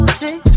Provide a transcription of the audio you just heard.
six